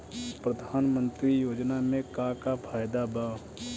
प्रधानमंत्री योजना मे का का फायदा बा?